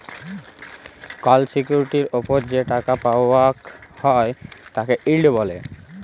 call সিকিউরিটির ওপর যে টাকা পাওয়াক হ্যয় তাকে ইল্ড ব্যলে